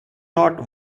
not